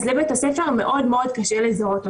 אז לבית הספר מאוד מאוד קשה לזהות אותם.